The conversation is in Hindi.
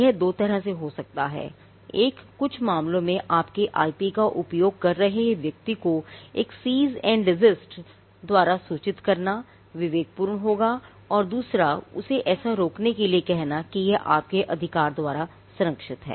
यह दो तरह से हो सकता है एक कुछ मामलों में आपके आईपी का उपयोग कर रहे व्यक्ति को एक सीज एंड डेजिस्ट द्वारा सूचित करना विवेकपूर्ण होगा और दूसराउसे ऐसा करने से रोकने के लिए कहना क्योंकि यह आपके अधिकार द्वारा संरक्षित है